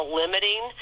limiting